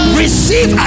receive